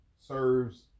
serves